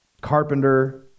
carpenter